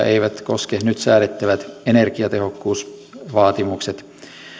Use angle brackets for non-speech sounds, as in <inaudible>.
<unintelligible> eivät koske nyt säädettävät energiatehokkuusvaatimukset